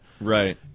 Right